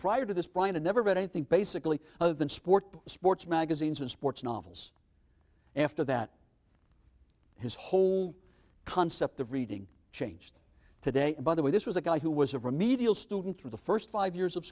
prior to this point i never read i think basically other than sports sports magazines and sports novels after that his whole concept of reading changed today and by the way this was a guy who was a remedial student for the first five years of